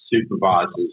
supervisors